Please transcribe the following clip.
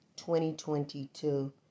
2022